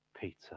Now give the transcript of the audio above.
Peter